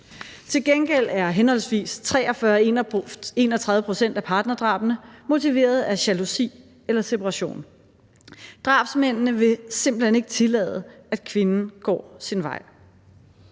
Til gengæld er henholdsvis 43 og 31 pct. af partnerdrabene motiveret af jalousi eller separation. Drabsmændene vil simpelt hen ikke tillade, at kvinden går sin vej.